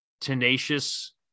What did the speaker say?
tenacious